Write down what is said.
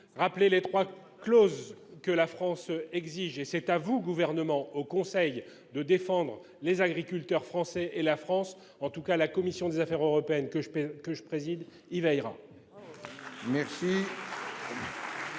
rappelé les trois clauses que la France exige, et c'est à vous, Gouvernement, de défendre au Conseil les agriculteurs français et la France. La commission des affaires européennes, que je préside, y veillera.